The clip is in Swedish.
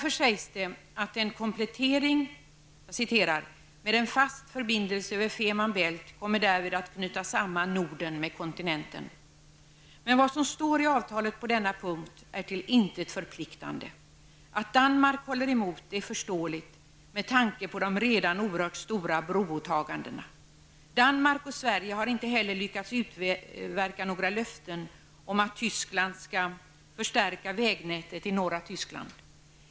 En komplettering med en fast förbindelse över Fehmarn Bält kommer därvid att ytterligare knyta samman Norden med kontinenten. '' Men vad som står i avtalet på denna punkt är till intet förpliktande. Att Danmark håller emot är förståeligt, med tanke på de redan oerhört stora broåtagandena. Danmark och Sverige har inte heller lyckats utverka några löften om att Tyskland skall förstärka vägnätet i norra Tyskland.